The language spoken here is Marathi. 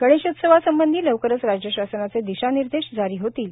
गणेशोत्सवासंबंधी लवकरच राज्य शासनाचे दिशानिर्देश जारी होतील